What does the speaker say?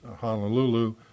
Honolulu